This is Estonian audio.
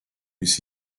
mis